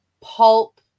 pulp